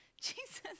Jesus